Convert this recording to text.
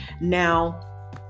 now